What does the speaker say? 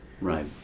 Right